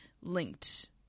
linked